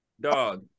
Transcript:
Dog